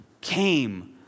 came